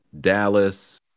Dallas